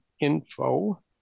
info